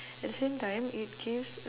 at the same time it gives